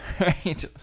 right